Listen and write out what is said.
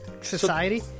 society